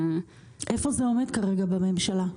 איפה זה עומד כרגע בממשלה?